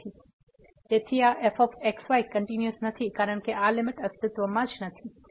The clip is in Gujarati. તેથી આ fx y કંટીન્યુઅસ નથી કારણ કે આ લીમીટ અસ્તિત્વમાં નથી તે θ પર નિર્ભર છે